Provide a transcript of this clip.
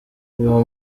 uwo